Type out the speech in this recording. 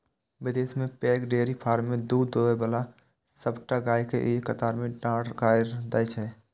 विदेश मे पैघ डेयरी फार्म मे दूध दुहै बला सबटा गाय कें एक कतार मे ठाढ़ कैर दै छै